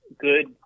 good